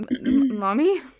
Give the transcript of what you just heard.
mommy